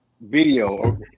video